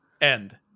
end